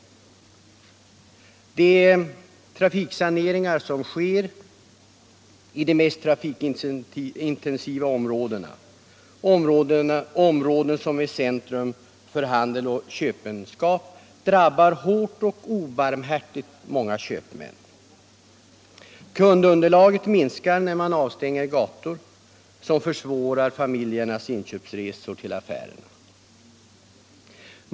De trafiksaneringar som sker i de mest trafikintensiva områdena - områden som är centrum för handel och köpenskap —- drabbar hårt och obarmhärtigt många köpmän. Kundunderlaget minskar när man avstänger gator och försvårar familjernas inköpsresor till affärerna.